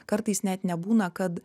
kartais net nebūna kad